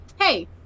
Hey